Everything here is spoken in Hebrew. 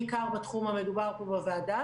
בעיקר בתחום המדובר פה בוועדה